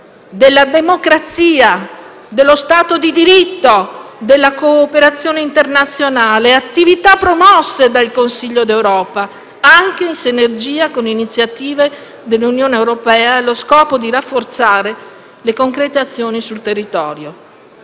della democrazia, dello Stato di diritto e della cooperazione internazionale: attività promosse dal Consiglio d'Europa, anche in sinergia con iniziative dell'Unione europea e allo scopo di rafforzare le concrete azioni sul territorio.